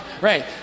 Right